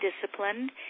disciplined